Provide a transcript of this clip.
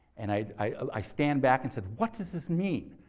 and i i stand back and say, what does this mean?